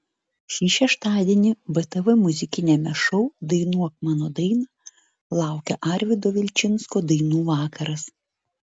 šį šeštadienį btv muzikiniame šou dainuok mano dainą laukia arvydo vilčinsko dainų vakaras